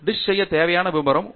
dish செய்ய தேவையான விவரம்